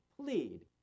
plead